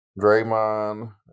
Draymond